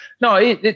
no